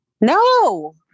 No